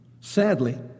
Sadly